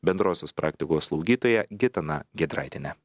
bendrosios praktikos slaugytoja gitana giedraitiene